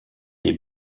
des